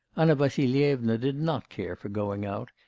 anna vassilyevna did not care for going out,